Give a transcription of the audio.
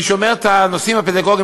מי שאומר את הנושאים הפדגוגיים,